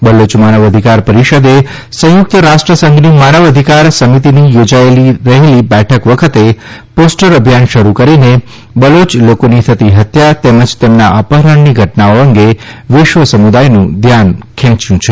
બલોચ માનવ અધિકાર પરિષદે સંયુક્ત રાષ્ટ્રસંઘની માનવ અધિકાર સમિતિની થોજાઇ રહેલી બેઠક વખતે પોષ્ટર અભિયાન શરૂ કરીને બલોચ લોકોની થતી હત્યા તેમજ તેમના અપહરણની ઘટનાઓ અંગે વિશ્વ સમુદાયનું ધ્યાન ખેંચ્યું છે